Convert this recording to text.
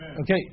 Okay